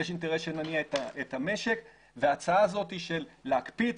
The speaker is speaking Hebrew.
יש אינטרס שנניע את המשק וההצעה הזאת להקפיא את